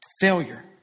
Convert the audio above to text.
failure